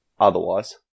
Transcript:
otherwise